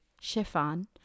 chiffon